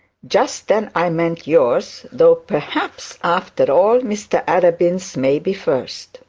just then i meant yours, though perhaps, after all, mr arabin's may be first.